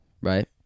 right